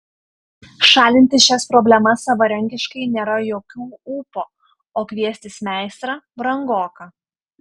šalinti šias problemas savarankiškai nėra jokių ūpo o kviestis meistrą brangoka